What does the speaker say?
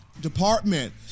Department